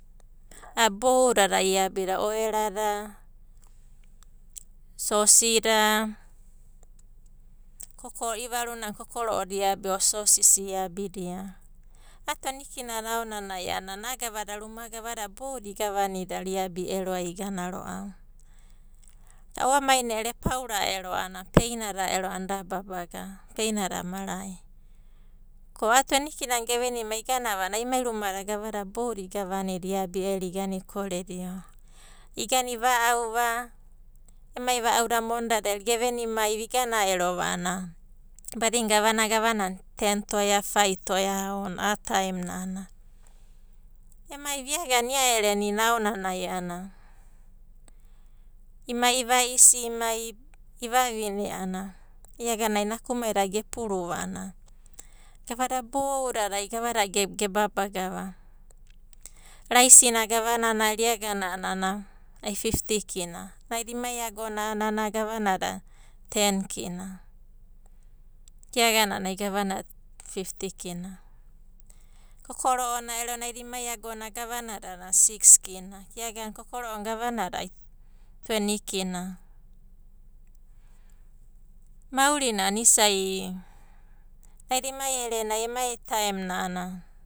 A'ada boudadai iabida. Oerada, sosi da, i'ivaruna a'ana kokoro'o da iabi o sosisi iabidia va. A'a tueni kina na aonanai a'ana a'a gavad, ruma gavada boudadai igavanida iabi iero ai igana ro'ava. Aumaina ero epaura a'ana peinda ero a'ana da babaga, peinada mara'i ko a'a tueni kina na gevenimai iganava ai emai rumada gavadada boudadai igavanida iabi i ero igana ikorediava. Igana iva'ava, emai va'ada ero monidada ero gevenimai va igana ero a'ana badina gavana gavanana ero a'ana ten toea. fai toea aonanai a'a taem nai. Emaiva iagana ia erena i'ina aonanai a'ana imai iva'isi imai i vavine a'ana, iagana nakumaida ge puruva a'ana gavada boudadai gavadada ge babagava. Raisi na gavanana ero iagana a'anana ai fifti kina, ema agona a'ana gavnada ten kina, ko ia agana a'anai fifti kina. Kokoro'o na ero naida ema agonai gavana a'ana siks kina, ko iagana kokoro'o na gavanada tueni kina. Maurina a'ana isa'i naida emai erenai, emai taem nai a'ana.